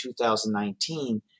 2019